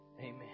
Amen